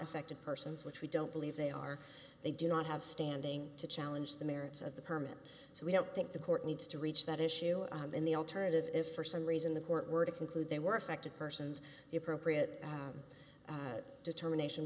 affected persons which we don't believe they are they do not have standing to challenge the merits of the permit so we don't think the court needs to reach that issue in the alternative if for some reason the court were to conclude there were affected persons the appropriate determination